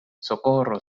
socorro